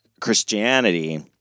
Christianity